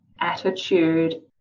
attitude